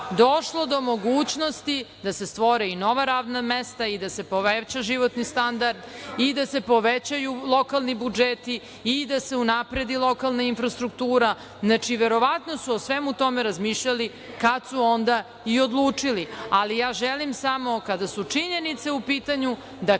došlo do mogućnosti da se stvore i nova radna mesta i da se poveća životni standard i da se povećaju lokalni budžeti i da se unapredi lokalna infrastruktura. Znači, verovatno su o svemu tome razmišljali kad su onda i odlučili. Želim samo, kada su činjenice u pitanju, da kažem da eksproprijacije